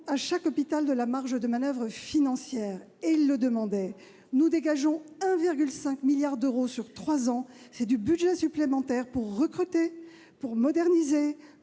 à chaque hôpital une plus grande marge de manoeuvre financière, comme ils le demandaient. Nous dégageons 1,5 milliard d'euros sur trois ans : c'est autant d'argent supplémentaire pour recruter, pour moderniser,